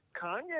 Kanye